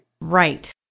Right